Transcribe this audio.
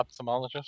Ophthalmologist